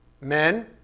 Men